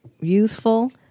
youthful